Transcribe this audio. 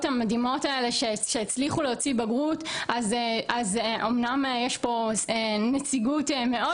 המדהימות האלה שהצליחו להוציא בגרות אז אומנם יש פה נציגות מאוד